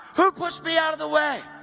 who pushed me out of the way?